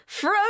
frodo